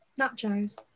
Nachos